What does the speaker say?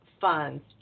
funds